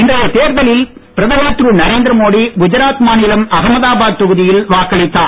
இன்றைய தேர்தலில் பிரதமர் திரு நரேந்திரமோடி குஜராத் மாநிலம் அகமதாபாத் தொகுதியில் வாக்களித்தார்